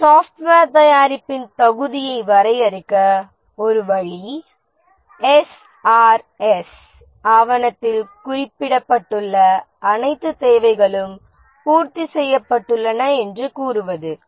ஒரு சாஃப்ட்வேர் தயாரிப்பின் தகுதியை வரையறுக்க ஒரு வழி எஸ்ஆர்எஸ் ஆவணத்தில் குறிப்பிடப்பட்டுள்ள அனைத்து தேவைகளும் பூர்த்தி செய்யப்பட்டுள்ளன என்று கூறுவது